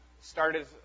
started